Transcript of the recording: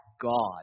God